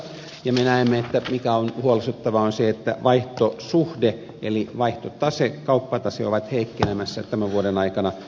ja me näemme että se mikä on huolestuttavaa on se että vaihtosuhde eli vaihtotase kauppatase ovat heikkenemässä tämän vuoden aikana